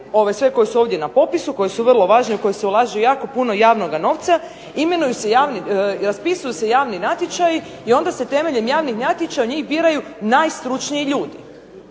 tvrtke koje su sve na popisu koje su vrlo važne, u koje se ulaže jako puno javnog novca raspisuju se javni natječaji i onda se temeljem javnog natječaja njih biraju najstručniji ljudi.